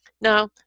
Now